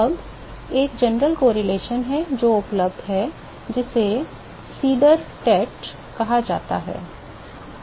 अब एक सामान्य सहसंबंध है जो उपलब्ध है जिसे सीडर टेट कहा जाता है